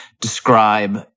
describe